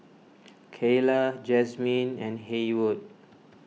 Keyla Jazmyn and Haywood